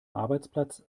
arbeitsplatz